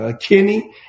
Kenny